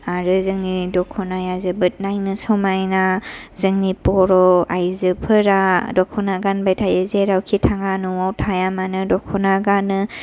दख'नाया जोबोत नायनो समायना जोंनि बर'आयजो फोरा दख'ना गानबाय थायो जेरावखि थांङा न'आव थाया मानो दख'ना गानो